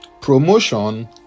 promotion